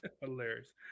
Hilarious